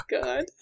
god